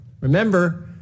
remember